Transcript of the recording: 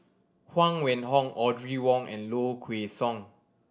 Huang Wenhong Audrey Wong and Low Kway Song